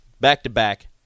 back-to-back